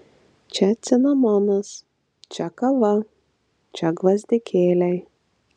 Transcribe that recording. čia cinamonas čia kava čia gvazdikėliai